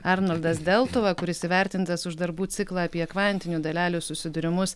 arnoldas deltuva kuris įvertintas už darbų ciklą apie kvantinių dalelių susidūrimus